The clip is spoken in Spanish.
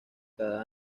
cada